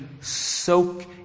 soak